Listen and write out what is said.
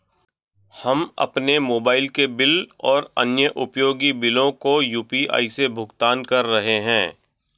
हम अपने मोबाइल के बिल और अन्य उपयोगी बिलों को यू.पी.आई से भुगतान कर रहे हैं